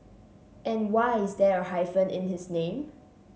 and why is there a hyphen in his name